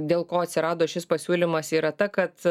dėl ko atsirado šis pasiūlymas yra ta kad